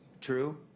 True